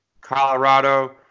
Colorado